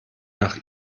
nach